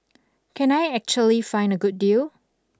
can I actually find a good deal